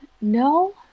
No